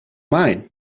mine